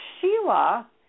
Sheila